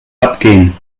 abgehen